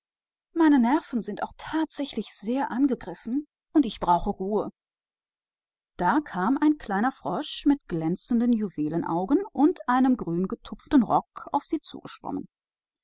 meine nerven sind ohne zweifel etwas irritiert und ich brauche ruhe da schwamm ein kleiner frosch mit glänzenden gelben augen und in einem grüngesprenkelten rock auf sie